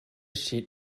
sheet